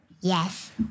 Yes